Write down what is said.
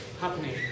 happening